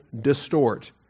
distort